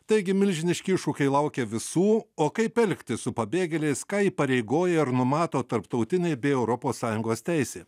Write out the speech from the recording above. taigi milžiniški iššūkiai laukia visų o kaip elgtis su pabėgėliais ką įpareigoja ar numato tarptautinė bei europos sąjungos teisė